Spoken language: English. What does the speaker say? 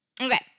Okay